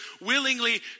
willingly